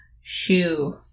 shoe